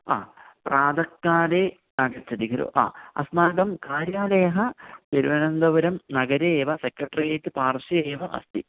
ह प्रातःकाले आगच्छति गुरुः अस्माकं कार्यालयः तिरुवनन्तपुरं नगरे एव सेक्रटरेट् पार्श्वे एव अस्ति